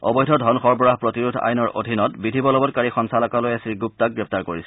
অবৈধ ধন সৰবৰাহ প্ৰতিৰোধ আইনৰ অধীনত বিধিবলবৎকাৰী সঞ্চলকালয়ে শ্ৰীণুপ্তাক গ্ৰেপ্তাৰ কিৰছিল